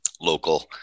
local